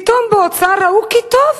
פתאום באוצר ראו כי טוב,